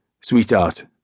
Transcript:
Sweetheart